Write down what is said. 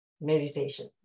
meditation